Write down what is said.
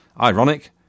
Ironic